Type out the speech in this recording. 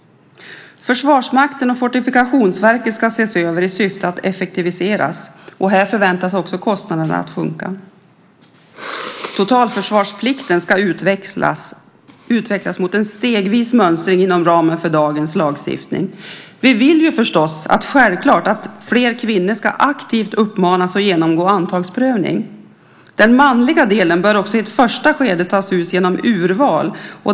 Försvarsmakten och Fortifikationsverket ska ses över i syfte att effektiviseras. Här förväntas också kostnaderna sjunka. Totalförsvarsplikten ska utvecklas mot en stegvis mönstring inom ramen för dagens lagstiftning. Vi vill självfallet att fler kvinnor aktivt ska uppmanas att genomgå antagsprövning. Den manliga delen bör också i ett första skede tas ut genom urval.